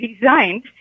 designed